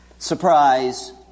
Surprise